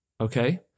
okay